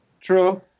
True